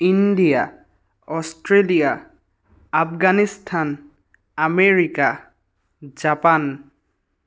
India Australia Afghanistan America Japan